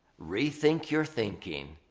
rethink your thinking.